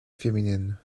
féminine